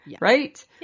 right